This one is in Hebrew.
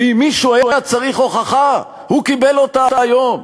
ואם מישהו היה צריך הוכחה, הוא קיבל אותה היום.